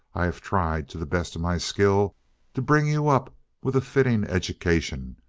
i have tried to the best of my skill to bring you up with a fitting education.